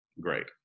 great